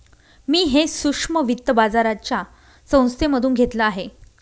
मी हे सूक्ष्म वित्त बाजाराच्या संस्थेमधून घेतलं आहे